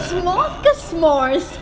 s'mores ke s'mores